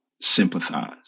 sympathize